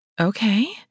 Okay